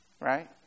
Right